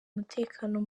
umutekano